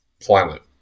planet